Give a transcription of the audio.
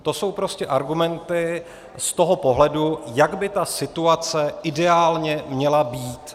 To jsou prostě argumenty z toho pohledu, jak by ta situace ideálně měla být.